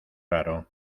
raro